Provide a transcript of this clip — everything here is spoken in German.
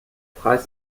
preis